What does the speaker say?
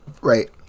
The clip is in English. right